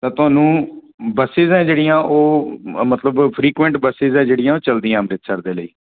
ਤਾਂ ਤੁਹਾਨੂੰ ਬੱਸਿਸ ਹੈ ਜਿਹੜੀਆਂ ਉਹ ਮਤਲਬ ਫਰੀਕੂਐਂਟ ਬੱਸਿਸ ਆ ਜਿਹੜੀਆਂ ਉਹ ਚਲਦੀਆਂ ਅੰਮ੍ਰਿਤਸਰ ਦੇ ਲਈ